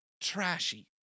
trashy